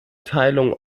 teilung